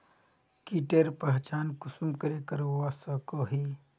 कीटेर पहचान कुंसम करे करवा सको ही?